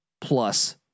Plus